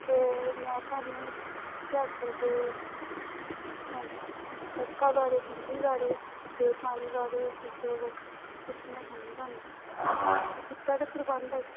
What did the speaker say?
ਅਤੇ ਮੈਂ ਤੁਹਾਨੂੰ ਹੁਸ਼ਿਆਰਪੁਰ ਦੇ ਸੜਕਾਂ ਬਾਰੇ ਬਿਜਲੀ ਬਾਰੇ ਅਤੇ ਪਾਣੀ ਬਾਰੇ ਕੁਛ ਹੈਗਾ ਪੁੱਛਣਾ ਚਾਹੁੰਦੀ ਤੁਹਾਨੂੰ ਵੀ ਕਿੱਦਾਂ ਦਾ ਪ੍ਰਬੰਧ ਹੈ ਇੱਥੇ